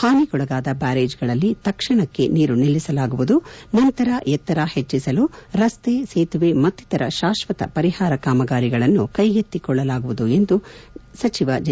ಹಾನಿಗೊಳಗಾದ ಬ್ದಾರೇಜ್ ಗಳಲ್ಲಿ ತಕ್ಷಣಕ್ಕೆ ನೀರು ನಿಲ್ಲಿಸಲಾಗುವುದು ನಂತರ ಎತ್ತರ ಪೆಟ್ಟಿಸಲು ರಸ್ತೆ ಸೇತುವೆ ಮತ್ತಿತರ ಶಾಶ್ವತ ಪರಿಹಾರ ಕಾಮಗಾರಿಗಳನ್ನು ಕೈಗೆತ್ತಿಕೊಳ್ಳಲಾಗುವುದು ಎಂದು ಜೆ